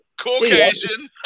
Caucasian